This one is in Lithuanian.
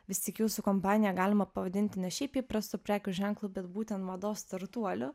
vis tik jūsų kompaniją galima pavadinti ne šiaip įprastu prekių ženklu bet būtent mados startuoliu